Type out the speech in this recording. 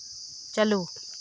ᱪᱟᱹᱞᱩ